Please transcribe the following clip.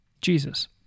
Jesus